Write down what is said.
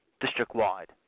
district-wide